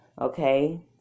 okay